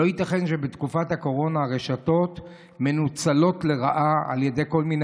לא ייתכן שבתקופת הקורונה הרשתות מנוצלות לרעה על ידי כל מיני